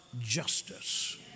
justice